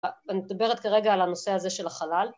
‫אני מדברת כרגע ‫על הנושא הזה של החלל.